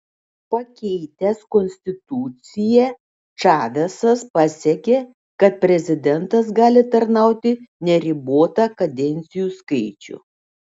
pakeitęs konstituciją čavesas pasiekė kad prezidentas gali tarnauti neribotą kadencijų skaičių